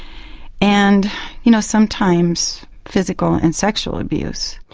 and you know sometimes physical and sexual abuse.